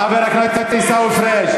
חבר הכנסת עיסאווי פריג'.